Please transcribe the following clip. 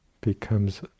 becomes